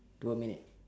two minute